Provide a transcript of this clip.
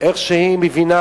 איך שהיא מבינה,